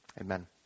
Amen